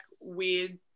weird